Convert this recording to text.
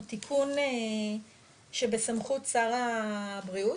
הוא תיקון שבסמכות שר הבריאות.